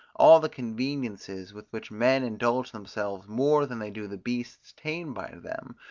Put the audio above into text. all the conveniences with which men indulge themselves more than they do the beasts tamed by them,